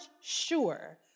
sure